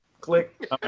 Click